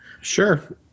Sure